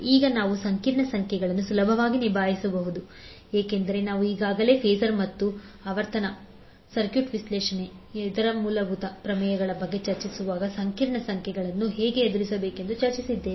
ಈಗ ನಾವು ಸಂಕೀರ್ಣ ಸಂಖ್ಯೆಗಳನ್ನು ಸುಲಭವಾಗಿ ನಿಭಾಯಿಸಬಹುದು ಏಕೆಂದರೆ ನಾವು ಈಗಾಗಲೇ ಫಾಸರ್ಗಳು ಮತ್ತು ಸರ್ಕ್ಯೂಟ್ ವಿಶ್ಲೇಷಣೆಯ ಇತರ ಮೂಲಭೂತ ಪ್ರಮೇಯಗಳ ಬಗ್ಗೆ ಚರ್ಚಿಸುವಾಗ ಸಂಕೀರ್ಣ ಸಂಖ್ಯೆಗಳನ್ನು ಹೇಗೆ ಎದುರಿಸಬೇಕೆಂದು ಚರ್ಚಿಸಿದ್ದೇವೆ